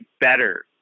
better